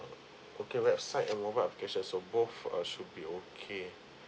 okay website and mobile application so both uh should be okay